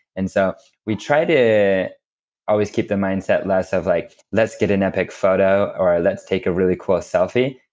and so we try to always keep the mindset less of like let's get an epic photo, or let's take a really cool selfie,